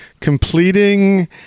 completing